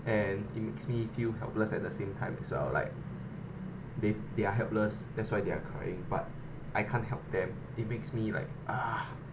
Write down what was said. and it makes me feel helpless at the same time as well like they they are helpless that's why they're crying but I can't help them it makes me like ah